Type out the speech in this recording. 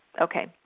Okay